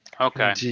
Okay